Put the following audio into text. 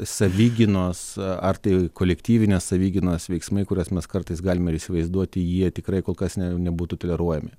savigynos ar tai kolektyvinės savigynos veiksmai kuriuos mes kartais galime ir įsivaizduoti jie tikrai kol kas ne nebūtų toleruojami